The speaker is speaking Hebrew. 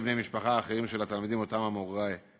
בני משפחה אחרים של התלמידים שהמורה מלמד,